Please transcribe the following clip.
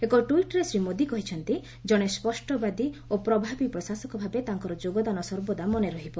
ଏକ ଟ୍ୱିଟ୍ରେ ଶ୍ରୀ ମୋଦି କହିଛନ୍ତି ଜଣେ ସ୍ୱଷ୍ଟବାଦୀ ଓ ପ୍ରଭାବୀ ପ୍ରଶାସକ ଭାବେ ତାଙ୍କର ଯୋଗଦାନ ସର୍ବଦା ମନେ ରହିବ